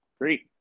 great